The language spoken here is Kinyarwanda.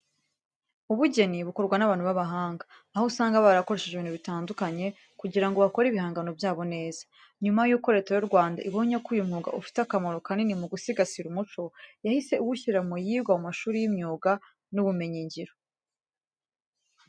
Ubugeni bukorwa n'abantu b'abahanga, aho usanga barakoresheje ibintu bitandukanye kugira ngo bakore ibihangano byabo neza. Nyuma yuko Leta y'u Rwanda ibonye ko uyu mwuga ufite akamaro kanini mu gusigasira umuco, yahise iwushyira muyigwa mu mashuri y'imyuga n'ubumenyingiro.